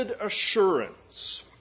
assurance